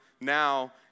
now